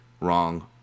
wrong